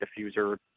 diffuser